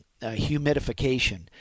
humidification